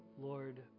Lord